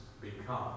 become